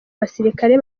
basirikare